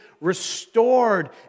restored